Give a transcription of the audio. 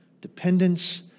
dependence